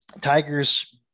Tigers